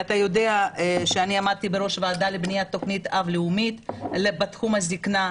ואתה יודע שאני עמדתי בראש ועדה לבניית תכנית-אב לאומית בתחום הזקנה,